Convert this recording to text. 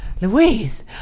Louise